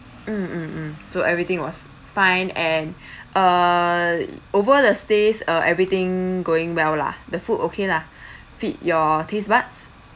mm mm mm so everything was fine and err over the stays uh everything going well lah the food okay lah fit your taste buds